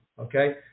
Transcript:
okay